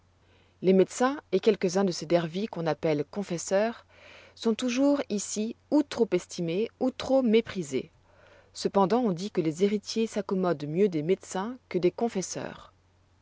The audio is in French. les médecins et quelques-uns de ces dervis qu'on appelle confesseurs sont toujours ici ou trop estimés ou trop méprisés cependant on dit que les héritiers s'accommodent mieux des médecins que des confesseurs